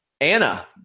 Anna